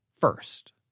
first